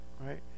right